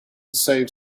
save